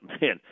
man